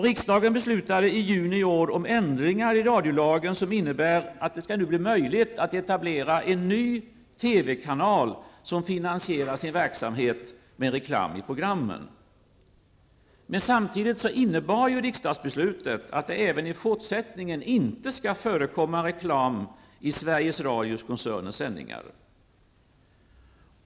Riksdagen beslutade i juni i år om ändringar i radiolagen som innebär att det nu skall bli möjligt att etablera en ny TV-kanal, som finansierar sin verksamhet med reklam i programmen. Sveriges Radio-koncernens sändningar.